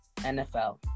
NFL